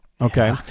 Okay